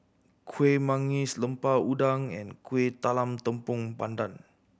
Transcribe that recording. Kueh Manggis Lemper Udang and Kuih Talam Tepong Pandan